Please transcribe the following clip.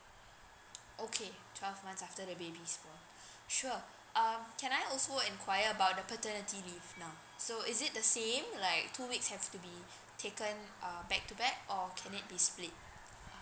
okay twelve months after the baby's born sure um can I also enquire about the paternity leave now so is it the same like two weeks have to be taken uh back to back or can it be split